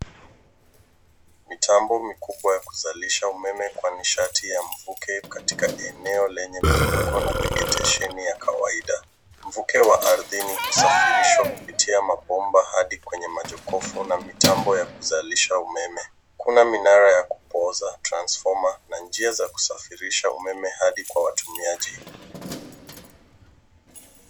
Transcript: Mitambo mikubwa ya kuzalisha umeme kwa nishati ya mvuke katika eneo lenye miinuko na vegetesheni ya kawaida. Mvuke wa ardhini husafirishwa kupitia mabomba hadi kwenye majokofu na mitambo ya kuzalisha umeme. Kuna minara ya kupoza transfoma na njia za kusafirisha umeme hadi kwa watumiaji.